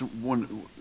one